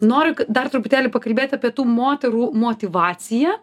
noriu dar truputėlį pakalbėt apie tų moterų motyvaciją